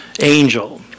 angel